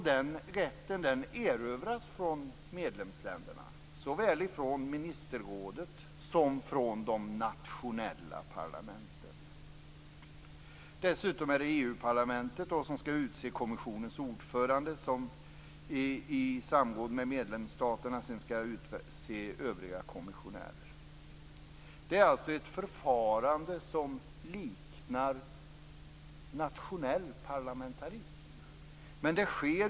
Den rätten erövras från medlemsländerna, såväl från ministerrådet som från de nationella parlamenten. Dessutom är det EU-parlamentet som skall utse kommissionens ordförande, som i samråd med medlemsstaterna sedan skall utse övriga kommissionärer. Det är alltså ett förfarande som liknar nationell parlamentarism.